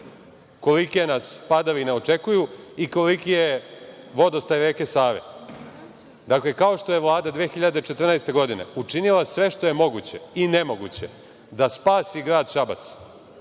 kolike nas padavine očekuju i koliki je vodostaj reke Save. Dakle, kao što je Vlada 2014. godine učinila sve što je moguće i nemoguće da spasi Grad Šabac